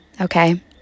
okay